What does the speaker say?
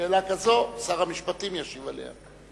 שאלה כזו, שר המשפטים ישיב עליה.